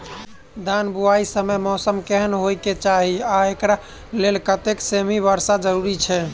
धान बुआई समय मौसम केहन होइ केँ चाहि आ एकरा लेल कतेक सँ मी वर्षा जरूरी छै?